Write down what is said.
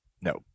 No